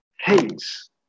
hates